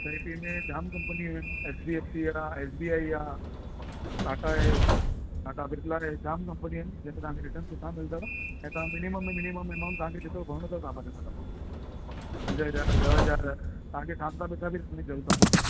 S I P में जामु कम्पनियूं आहिनि एच डी एफ सी आहे एस बी आई आहे टाटा आहे टाटा बिरला आहे जाम कम्पनियूं आहिनि जंहिंमे तव्हांखे रिटर्न सुठा मिलंदव ऐं तव्हां मिनिमम में मिनिमम मिनिमम तव्हांखे जेतिरो भरिणो अथव तव्हां भरे था सघो पंज हज़ार ॾह हज़ार तव्हांखे खामखां पैसा बि रखण जी ज़रूरत कोन्हे